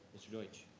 mr. deutsch.